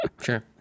sure